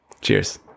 Cheers